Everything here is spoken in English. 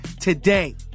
today